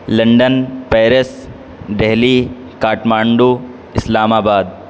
London Paris Delhi Kathmandu اسلام آباد